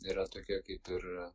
yra tokia kaip ir